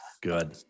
Good